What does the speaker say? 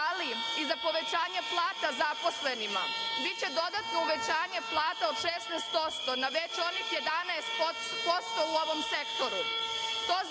ali i da povećanje plata zaposlenima biće dodatno povećanje plata od 6% na već onih 11% u ovom sektoru.